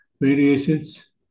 variations